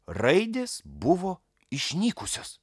raidės buvo išnykusios